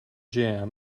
jam